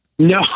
No